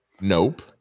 Nope